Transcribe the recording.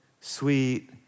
sweet